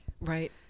Right